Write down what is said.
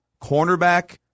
cornerback